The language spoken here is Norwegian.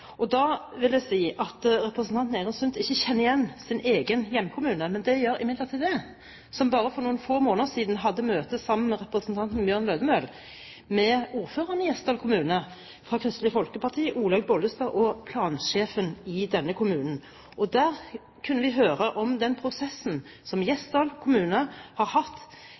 Rogaland. Da vil jeg si at representanten Eirin Sund ikke kjenner igjen sin egen hjemkommune, men det gjør imidlertid jeg. Bare for noen få måneder siden hadde jeg et møte, sammen med representanten Bjørn Lødemel, med ordføreren fra Kristelig Folkeparti i Gjesdal kommune, Olaug Bollestad, og plansjefen i denne kommunen. Da fikk vi høre om den prosessen som Gjesdal kommune har hatt